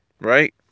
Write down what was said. right